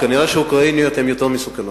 כנראה אוקראיניות הן יותר מסוכנות.